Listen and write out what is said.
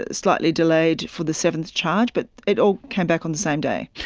ah slightly delayed for the seventh charge but it all came back on the same day.